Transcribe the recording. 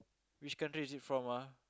which country is it from ah